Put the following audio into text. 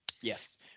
yes